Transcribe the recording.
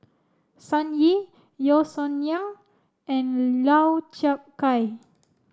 Sun Yee Yeo Song Nian and Lau Chiap Khai